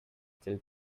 still